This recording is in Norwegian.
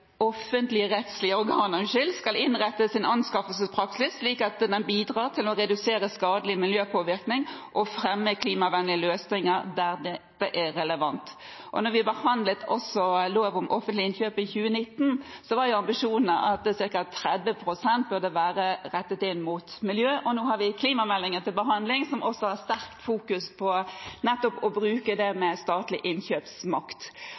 organer skal innrette sin anskaffelsespraksis slik at den bidrar til å redusere skadelig miljøpåvirkning, og fremme klimavennlige løsninger der dette er relevant.» Da vi behandlet lov om offentlige innkjøp i 2019, var ambisjonene at ca. 30 pst. burde være rettet inn mot miljø. Nå har vi klimameldingen til behandling, som også har sterkt fokus på nettopp å bruke statlig innkjøpsmakt. Da er det